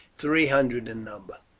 three hundred in number.